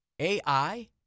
ai